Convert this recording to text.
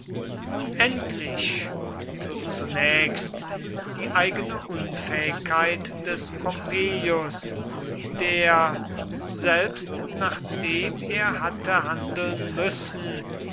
endlich und zunächst die eigene unfähigkeit des pompeius der selbst nachdem er hatte handeln müssen